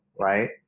right